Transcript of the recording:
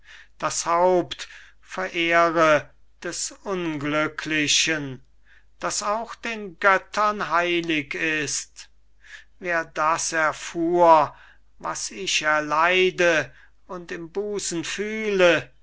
das haupt verehre des unglücklichen das auch den göttern heilig ist wer das erfuhr was ist erleide und im busen fühle